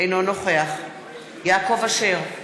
אינו נוכח יעקב אשר,